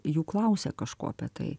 jų klausia kažko apie tai